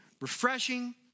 refreshing